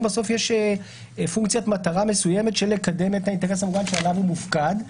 יש פונקציית מטרה מסוימת לקדם את האינטרס המוגן שעליו הוא מופקד.